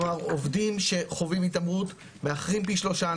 כלומר עובדים שחווים התעמרות מאחרים פי שלושה,